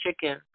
chicken